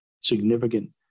significant